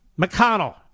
McConnell